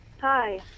Hi